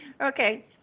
Okay